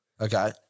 Okay